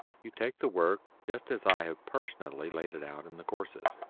you take the work just as i have personally laid it out in the courses.